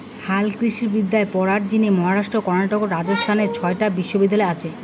হালকৃষিবিদ্যা পড়ার জিনে মহারাষ্ট্র, কর্ণাটক ও রাজস্থানত ছয়টা বিশ্ববিদ্যালয় আচে